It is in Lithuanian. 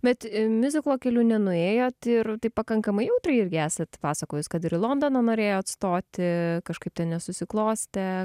bet miuziklo keliu nenuėjot ir taip pakankamai jautriai irgi esat pasakojus kad ir į londoną norėjot stoti kažkaip tai nesusiklostė